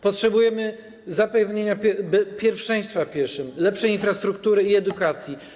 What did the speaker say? Potrzebujemy zapewnienia pierwszeństwa pieszym, lepszej infrastruktury i edukacji.